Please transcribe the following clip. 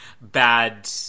bad